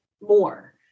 more